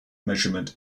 measurement